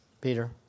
Peter